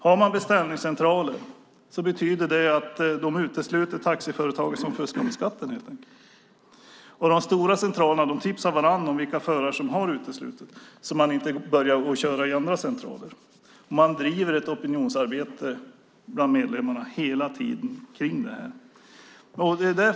Har man beställningscentraler betyder det att de helt enkelt utesluter taxiföretag som fuskar med skatten. De stora centralerna tipsar varandra om vilka förare som har uteslutits, så att de inte börjar köra via andra centraler. Man driver ett opinionsarbete bland medlemmarna hela tiden kring det här.